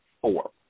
four